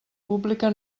pública